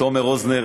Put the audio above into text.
לתומר רוזנר